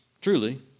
Truly